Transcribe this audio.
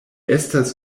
estas